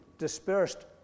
dispersed